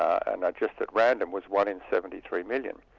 and just at random was one in seventy three million.